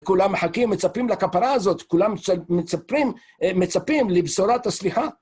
כולם מחכים, מצפים לכפרה הזאת, כולם מצפים לבשורת הסליחה.